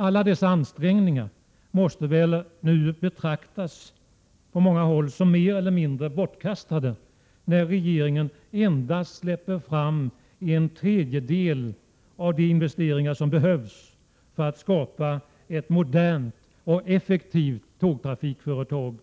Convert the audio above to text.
Alla dessa ansträngningar måste väl nu på många håll betraktas som mer eller mindre bortkastade, när regeringen endast släpper fram en tredjedel av de investeringar som behövs för att skapa ett modernt och effektivt tågtrafiksystem